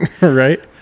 right